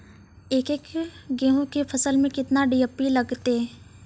एक एकरऽ गेहूँ के फसल मे केतना डी.ए.पी लगतै?